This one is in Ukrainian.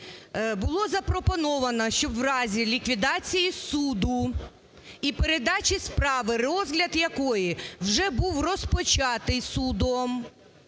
Було запропоновано, щоб в разі ліквідації суду і передачі справи, розгляд якої вже був розпочатий судом,